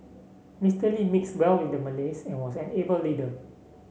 Mister Lee mixed well with the Malays and was an able leader